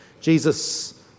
Jesus